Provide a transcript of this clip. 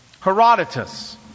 Herodotus